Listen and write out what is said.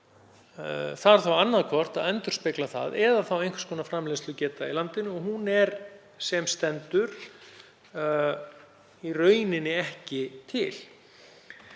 þarf þá annaðhvort endurspegla það eða þá einhvers konar framleiðslugetu í landinu og hún er sem stendur í rauninni ekki til.